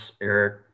Eric